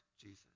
Jesus